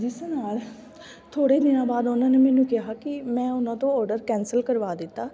ਜਿਸ ਨਾਲ ਥੋੜ੍ਹੇ ਦਿਨਾਂ ਬਾਅਦ ਉਹਨਾਂ ਨੇ ਮੈਨੂੰ ਕਿਹਾ ਕਿ ਮੈਂ ਉਹਨਾਂ ਤੋਂ ਔਡਰ ਕੈਂਸਲ ਕਰਵਾ ਦਿੱਤਾ